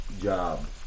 job